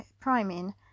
priming